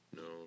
no